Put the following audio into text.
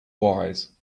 wise